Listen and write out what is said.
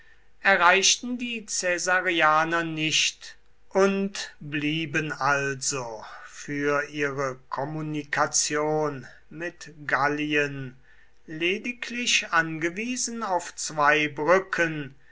erreichten die caesarianer nicht und blieben also für ihre kommunikation mit gallien lediglich angewiesen auf zwei brücken